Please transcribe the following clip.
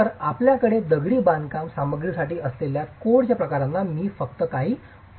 तर आपल्याकडे दगडी बांधकाम सामग्रीसाठी असलेल्या कोडच्या प्रकारांना मी फक्त काही कोड देत आहे